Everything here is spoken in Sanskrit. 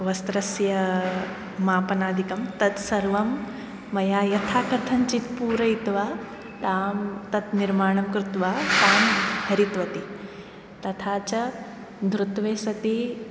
वस्त्रस्य मापनादिकं तत्सर्वं मया यथा कथञ्चित् पूरयित्वा तां तत् निर्माणं कृत्वा तान् धारितवती तथा च धृत्वे सति